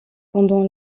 pendant